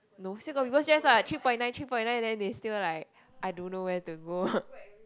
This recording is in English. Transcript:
no still got people say like three point nine three point nine then they still like I don't know where to go